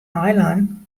eilân